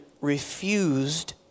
refused